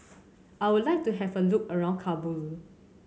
I would like to have a look around Kabul